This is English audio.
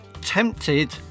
Tempted